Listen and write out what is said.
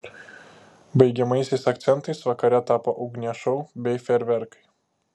baigiamaisiais akcentais vakare tapo ugnies šou bei fejerverkai